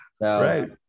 right